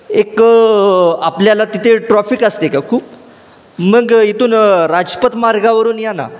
एक आपल्याला तिथे ट्रॉफिक असते का खूप मग इथून राजपथ मार्गावरून या ना